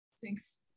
Thanks